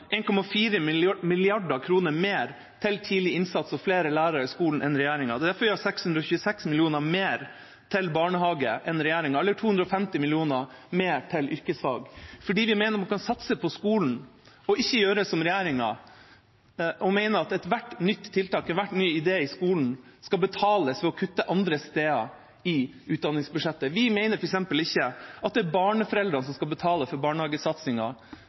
mer til tidlig innsats og flere lærere i skolen enn regjeringa. Det er derfor vi har 626 mill. kr mer til barnehage enn regjeringa, eller 250 mill. kr mer til yrkesfag. Det er fordi vi mener man kan satse på skolen og ikke gjøre som regjeringa, som mener at ethvert nytt tiltak, enhver ny idé i skolen, skal betales ved å kutte andre steder i utdanningsbudsjettet. Vi mener f.eks. ikke at det er barnehageforeldrene som skal betale for